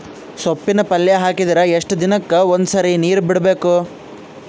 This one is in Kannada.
ಸೊಪ್ಪಿನ ಪಲ್ಯ ಹಾಕಿದರ ಎಷ್ಟು ದಿನಕ್ಕ ಒಂದ್ಸರಿ ನೀರು ಬಿಡಬೇಕು?